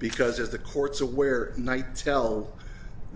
because as the court's aware knight tell